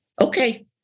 okay